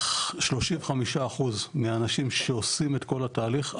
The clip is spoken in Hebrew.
35 אחוז מהאנשים שעושים את כל התהליך,